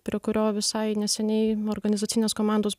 prie kurio visai neseniai organizacinės komandos